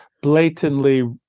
Blatantly